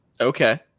Okay